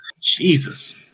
Jesus